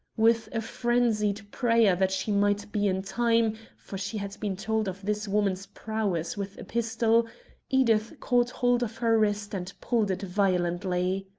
with a frenzied prayer that she might be in time for she had been told of this woman's prowess with a pistol edith caught hold of her wrist and pulled it violently.